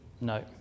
no